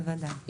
בוודאי, בוודאי.